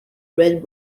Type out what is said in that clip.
red